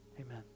amen